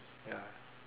ya